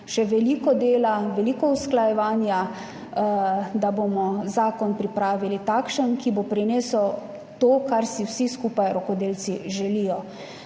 še veliko dela, veliko usklajevanja, da bomo pripravili takšen zakon, ki bo prinesel to, kar si vsi rokodelci želijo,